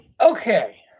Okay